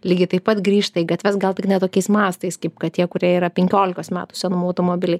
lygiai taip pat grįžta į gatves gal tik ne tokiais mastais kaip kad tie kurie yra penkiolikos metų senumo automobiliai